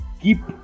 keep